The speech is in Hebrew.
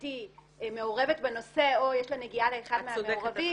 מבחינתי מעורבת בנושא או יש לה נגיעה לאחד מהמעורבים,